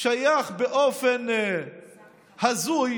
שייך באופן הזוי